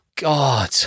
God